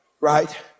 Right